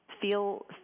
feel